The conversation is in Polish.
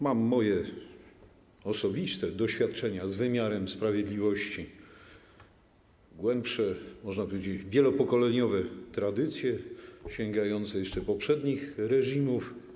Mam osobiste doświadczenia z wymiarem sprawiedliwości, głębsze, można powiedzieć wielopokoleniowe tradycje sięgające jeszcze poprzednich reżimów.